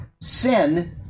sin